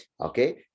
Okay